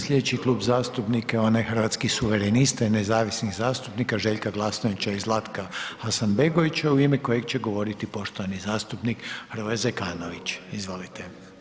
Slijedeći Klub zastupnika je onaj Hrvatskih suverenista i nezavisnih zastupnika Željka Glasnovića i Zlatka Hasanbegovića u ime kojeg će govoriti poštovani zastupnik Hrvoje Zekanović, izvolite.